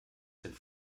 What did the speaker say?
sind